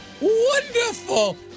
wonderful